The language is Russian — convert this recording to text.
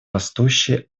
растущей